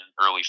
early